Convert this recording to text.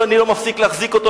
שאני לא מפסיק להחזיק אותו,